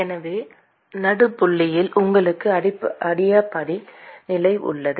எனவே நடுப் புள்ளியில் உங்களுக்கு அடிபயாடிக் நிலை உள்ளது